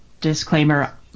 disclaimer